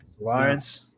Lawrence